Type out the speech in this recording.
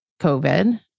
COVID